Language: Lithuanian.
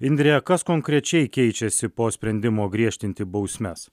indre kas konkrečiai keičiasi po sprendimo griežtinti bausmes